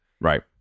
Right